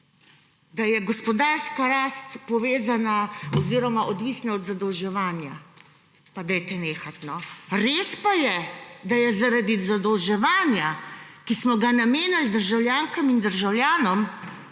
Da je gospodarska rast povezana oziroma odvisna od zadolževanja. Pa dajte nehat, no. Res pa je, da je zaradi zadolževanja, ki smo ga namenili državljankam in državljanom,